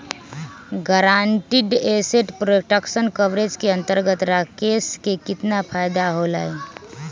Guaranteed asset protection coverage के अंतर्गत राकेश के कितना फायदा होलय?